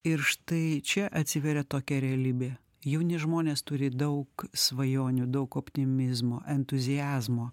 ir štai čia atsiveria tokia realybė jauni žmonės turi daug svajonių daug optimizmo entuziazmo